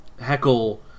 Heckle